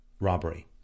robbery